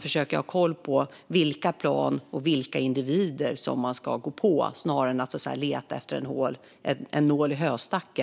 försöker ha koll på vilka plan och individer som de ska gå på, i stället för att leta efter en nål i en höstack.